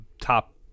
top